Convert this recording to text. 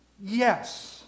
Yes